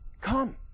Come